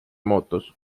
muutus